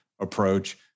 approach